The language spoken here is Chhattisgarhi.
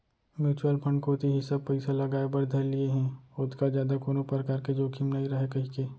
म्युचुअल फंड कोती ही सब पइसा लगाय बर धर लिये हें ओतका जादा कोनो परकार के जोखिम नइ राहय कहिके